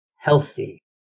healthy